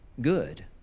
good